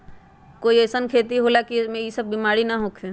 कोई अईसन खेती होला की वो में ई सब बीमारी न होखे?